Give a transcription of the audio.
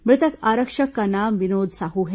मृतक आरक्षक का नाम विनोद साहू है